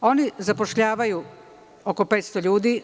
Oni zapošljavaju oko 500 ljudi.